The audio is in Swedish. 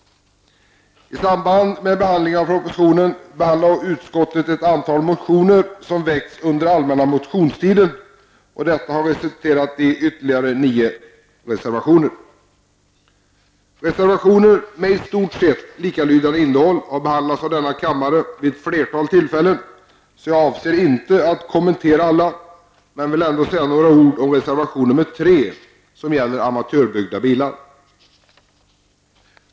I samband med behandlingen av propositionen tog utskottet upp ett antal motioner som väcktes under den allmänna motionstiden. Detta har resulterat i ytterligare nio reservationer. Reservationer med i stort sett likalydande innehåll har behandlats av denna kammare vid ett flertal tillfällen. Jag avser därför inte att kommentera alla. Men jag vill säga några ord om reservation 3 som gäller amatörbyggda bilar.